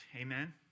Amen